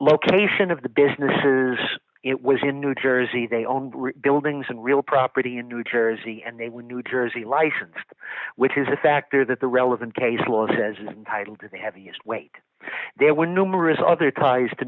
location of the businesses it was in new jersey they owned brick buildings and real property in new jersey and they were new jersey licensed which is a factor that the relevant case law says is titled the heaviest weight there were numerous other ties to